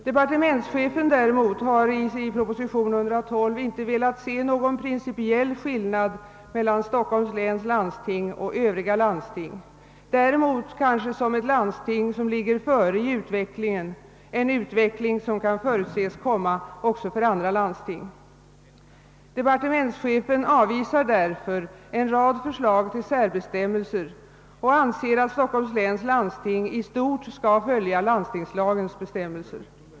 Departementschefen däremot har i proposition 112 inte velat se någon principiell skillnad mellan Stockholms läns landsting och övriga landsting, Däremot har han kanske velat se det förra som ett landsting .som ligger före i utvecklingen, en utveckling som kan förutses också för andra landsting. Departementschefen avvisar därför en rad förslag till särbe stämmelser och anser att Stockholms läns landsting i stort skall följa landstingslagens bestämmelser.